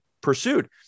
pursued